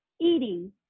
eating